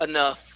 Enough